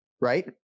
right